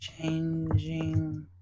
changing